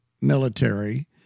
military